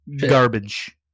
garbage